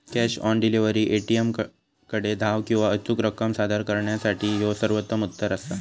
cash on delivery, ए.टी.एमकडे धाव किंवा अचूक रक्कम सादर करणा यासाठी ह्यो सर्वोत्तम उत्तर असा